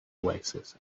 oasis